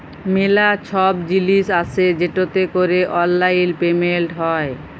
ম্যালা ছব জিলিস আসে যেটতে ক্যরে অললাইল পেমেলট হ্যয়